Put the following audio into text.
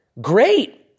Great